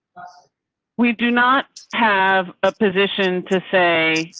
we do not have a position to say.